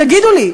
תגידו לי.